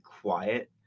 quiet